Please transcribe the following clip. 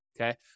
okay